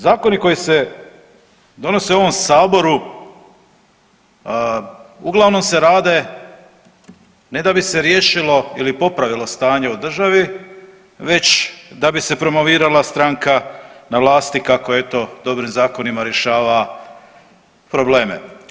Zakoni koji se donose u ovom saboru uglavnom se rade ne da bi se riješilo ili popravilo stanje u državi već da bi se promovirala stranka na vlasti kako eto dobrim zakonima rješava probleme.